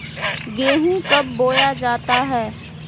गेंहू कब बोया जाता हैं?